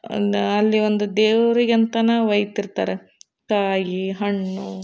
ಒಂದು ಅಲ್ಲಿ ಒಂದು ದೇವರಿಗೆ ಅಂತನೇ ಒಯ್ತಿರ್ತಾರೆ ಕಾಯಿ ಹಣ್ಣು